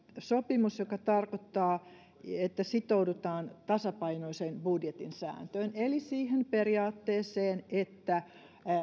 sopimus mikä tarkoittaa että sitoudutaan tasapainoisen budjetin sääntöön eli siihen periaatteeseen että